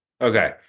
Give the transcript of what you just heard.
okay